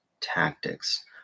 tactics